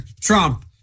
trump